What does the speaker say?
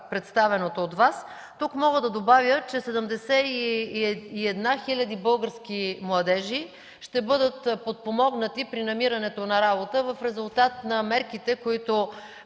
представеното от Вас. Тук мога да добавя, че 71 хиляди български младежи ще бъдат подпомогнати при намирането на работа в резултат на мерките, които